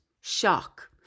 shock